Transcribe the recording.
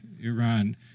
Iran